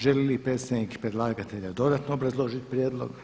Želi li predstavnik predlagatelja dodatno obrazložiti prijedlog?